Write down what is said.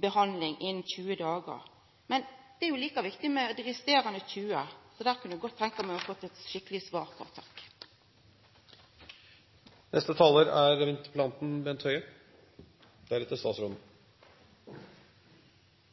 behandling innan 20 dagar, men det er jo like viktig med dei resterande 20. Det kunne eg godt ha tenkt meg å få eit skikkeleg svar på. Jeg vil takke for en god og engasjerende debatt, som viser at det er